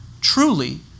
Truly